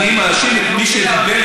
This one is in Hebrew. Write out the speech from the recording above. אני מאשים את מי שדיבר,